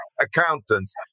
accountants